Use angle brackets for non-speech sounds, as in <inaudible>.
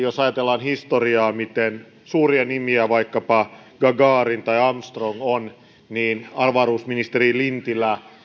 <unintelligible> jos ajatellaan historiaa että miten suuria nimiä vaikkapa gagarin tai armstrong ovat niin kiinnostaa tietenkin avaruusministeri lintilä